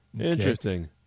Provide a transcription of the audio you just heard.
Interesting